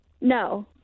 No